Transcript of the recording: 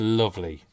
lovely